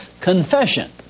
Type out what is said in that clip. confession